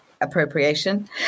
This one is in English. appropriation